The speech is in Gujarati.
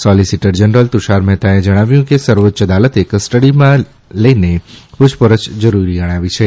સોલીસીટર જનરલ તુષાર મહેતાએ જણાવ્યું કે સર્વોચ્ય અદાલતે કસ્ટડીમાં લઇને પૂછપરછ જરૂરી ગણાવી છે